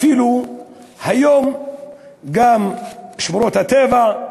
היום אפילו גם שמורות הטבע,